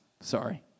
Sorry